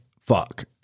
fuck